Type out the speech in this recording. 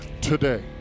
today